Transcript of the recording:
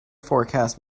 forecast